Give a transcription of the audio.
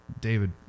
david